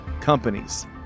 companies